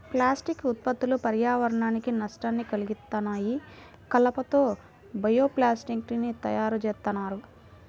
plastic ఉత్పత్తులు పర్యావరణానికి నష్టాన్ని కల్గిత్తన్నాయి, కలప తో బయో ప్లాస్టిక్ ని తయ్యారుజేత్తన్నారు